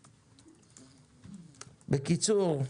בקיצור,